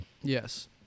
yes